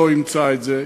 לא אימצה את זה.